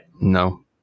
No